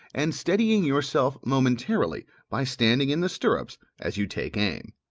and steadying yourself momentarily by standing in the stirrups, as you take aim.